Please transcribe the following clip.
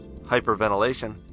hyperventilation